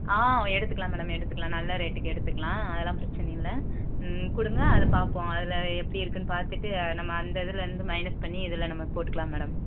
ஆ எடுத்துக்கலாம் மேடம் எடுத்துக்கலாம் நல்ல ரேட்டுக்கு எடுத்துக்கலாம் அதெல்லாம் பிரச்சின இல்லை கொடுங்க அதை பார்ப்போம் அதில் எப்படி இருக்குதுன்னு பார்த்துட்டு நம்ம அந்த இதிலேருந்து மைனஸ் பண்ணி இதில் நம்ம போட்டுக்கலாம் மேடம்